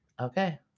Okay